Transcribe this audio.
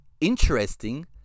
interesting